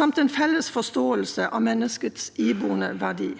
samt en felles forståelse av menneskets iboende verdi.